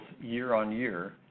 year-on-year